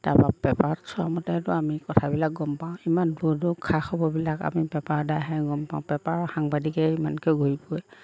তাৰপা পেপাৰত চোৱা মতেটো আমি কথাবিলাক গম পাওঁ ইমান দূৰ দূৰৰ খা খবৰবিলাক আমি পেপাৰৰ দ্বাৰাহে গম পাওঁ পেপাৰৰ সাংবাদিকে ইমান কিয় ঘূৰি ফুৰে